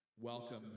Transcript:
Welcome